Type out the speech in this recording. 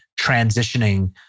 transitioning